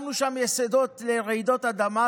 שמנו שם יסודות לרעידות אדמה,